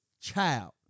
child